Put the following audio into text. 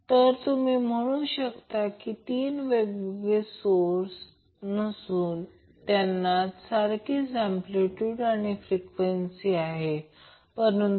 आता या सर्किटसाठी RL आणि RC शोधायचे आहे ज्यामुळे सर्किट सर्व फ्रिक्वेन्सीमध्ये रेझोनेट होते